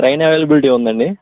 train availability ఉందాండి